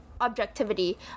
Objectivity